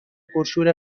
پرشور